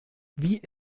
wie